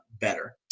better